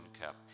kept